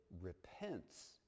repents